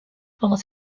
pendant